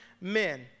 men